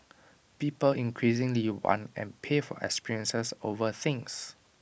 people increasingly want and pay for experiences over things